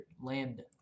lambda